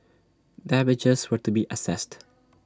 damages were to be assessed